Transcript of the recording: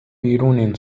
بیرونین